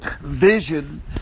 vision